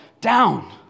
down